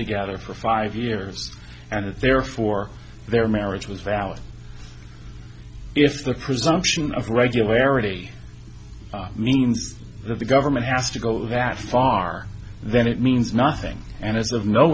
together for five years and therefore their marriage was valid if the presumption of regularity means that the government has to go that far then it means nothing and